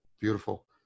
beautiful